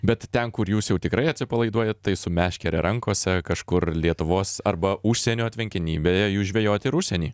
bet ten kur jūs jau tikrai atsipalaiduot tai su meškere rankose kažkur lietuvos arba užsienio tvenkiny beje jūs žvejat ir užsieny